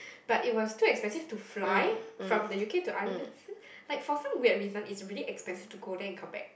but it was too expensive to fly from the U_K to Ireland because like for some weird reason it's really expensive to go there and come back